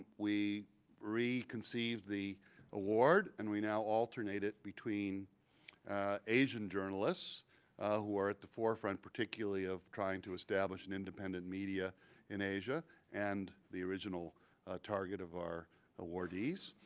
we reconceived the award. and we now alternate it between asian journalists who are at the forefront, particularly, of trying to establish an independent media in asia and the original target of our awardees.